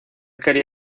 quería